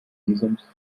visums